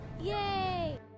Yay